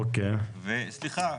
סליחה,